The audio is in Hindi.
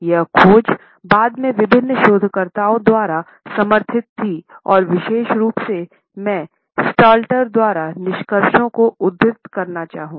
यह खोज बाद में विभिन्न शोधकर्ताओं द्वारा समर्थित थी और विशेष रूप से मैं स्टाल्टर द्वारा निष्कर्षों को उद्धृत करना चाहूँगा